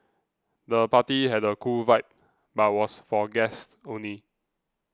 the party had a cool vibe but was for guests only